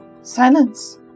Silence